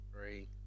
Three